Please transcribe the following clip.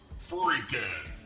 freaking